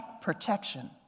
protection